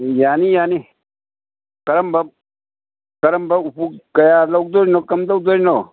ꯌꯥꯅꯤ ꯌꯥꯅꯤ ꯀꯔꯝꯕ ꯀꯔꯝꯕ ꯎꯞꯨ ꯀꯌꯥ ꯂꯧꯗꯣꯏꯅꯣ ꯀꯝꯗꯧꯗꯣꯏꯅꯣ